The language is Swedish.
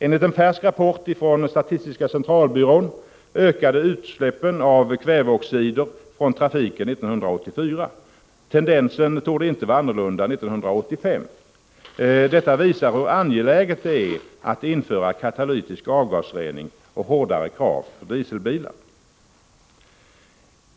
Enligt en färsk rapport från statistiska centralbyrån ökade utsläppen av kväveoxider från trafiken 1984. Tendensen torde inte vara annorlunda 1985. Detta visar hur angeläget det är att införa katalytisk avgasrening och hårdare krav för dieselbilar.